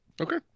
Okay